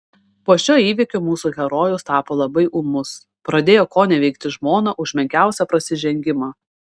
po šio įvykio mūsų herojus tapo labai ūmus pradėjo koneveikti žmoną už menkiausią prasižengimą